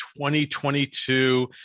2022